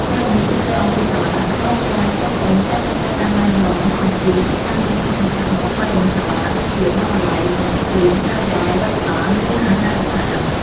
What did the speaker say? ព័ត៌មានទូទៅអំពីសាលា សាកលវិទ្យាល័យសិស្សប្អូនតែងតែត្រូវការការណែនាំអំពីទីតាំងសំខាន់ៗក្នុងបរិវេណសាលា ដូចជា បណ្ណាល័យ បន្ទប់រៀន ការិយាល័យរដ្ឋបាល ឬអាហារដ្ឋាន។